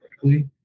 correctly